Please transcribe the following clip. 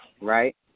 right